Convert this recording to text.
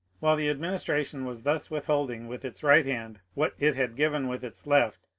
while the administration was thus withholding with its right hand what it had given with its left,